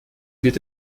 wird